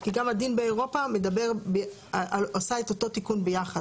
כי גם הדין באירופה מדבר עשה את אותו תיקון ביחד.